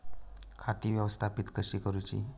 खाती व्यवस्थापित कशी करूची?